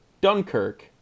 dunkirk